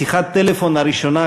שיחת הטלפון הראשונה,